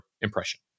impression